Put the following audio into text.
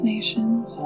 Nations